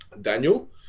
Daniel